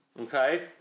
Okay